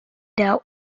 der